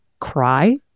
Cry